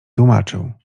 tłumaczył